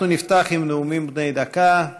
אנחנו נפתח עם נאומים בני דקה.